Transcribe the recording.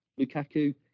Lukaku